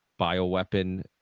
bioweapon